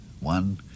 one